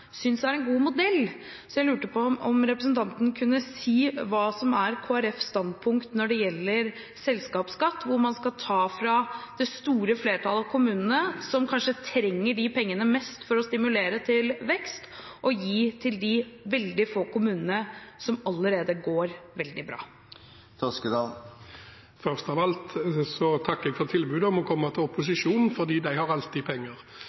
synes er en god modell. Så jeg lurer på om representanten kan si hva som er Kristelig Folkepartis standpunkt når det gjelder selskapsskatt, hvor man skal ta fra det store flertallet av kommunene, som kanskje trenger de pengene mest for å stimulere til vekst, og gi til de veldig få kommunene som allerede går veldig bra. Først av alt takker jeg for tilbudet om å komme til opposisjonen – for de har alltid penger!